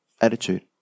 attitude